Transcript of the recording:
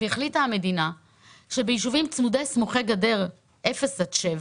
החליטה המדינה שבישובים סמוכי גדר מ-0 עד 7